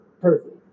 perfect